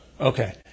Okay